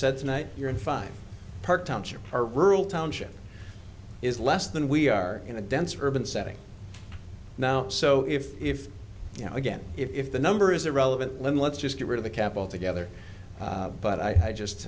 said tonight here in five park township or rural township is less than we are in a dense urban setting now so if if you know again if the number is irrelevant let's just get rid of the cap altogether but i just